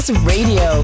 Radio